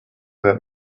that